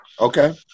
Okay